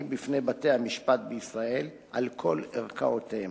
בפני בתי-המשפט בישראל על כל ערכאותיהם.